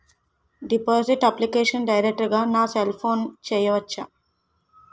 Deposit application direct గా నా cell ఫోన్లో చెయ్యచా?